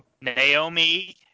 Naomi